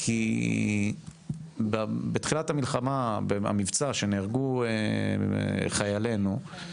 כי בתחילת המבצע, כשנהרגו חיילינו,